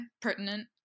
pertinent